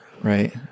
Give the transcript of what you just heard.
right